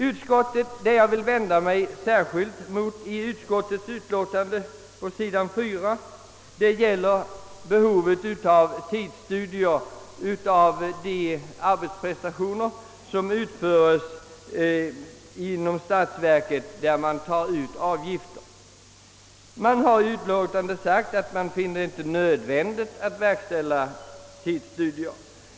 Jag vill särskilt vända mig mot vad utskottet skriver på sidan 4 i sitt utlåtande om behovet av tidsstudier av de arbetsprestationer som utförs när avgifter tas ut inom statsverket. I utskottsutlåtandet sägs att man inte finner det nödvändigt att verkställa tidsstudier.